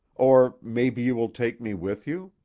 or maybe you will take me with you?